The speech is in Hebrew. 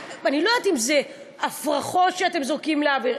אני לא יודעת אם זה הפרחות שאתם זורקים לאוויר.